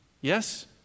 Yes